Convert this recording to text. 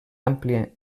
àmplia